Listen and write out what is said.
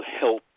help